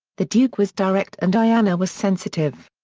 the duke was direct and diana was sensitive.